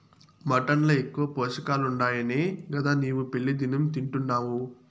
mutton ల ఎక్కువ పోషకాలుండాయనే గదా నీవు వెళ్లి దినం తింటున్డావు